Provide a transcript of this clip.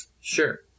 sure